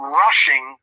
rushing